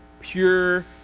pure